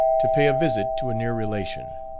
to pay a visit to a near relation.